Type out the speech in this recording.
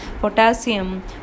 potassium